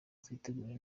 twiteguye